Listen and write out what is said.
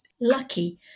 lucky